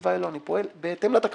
התשובה היא לא, אני פועל בהתאם לתקנון.